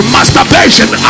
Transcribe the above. Masturbation